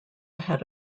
had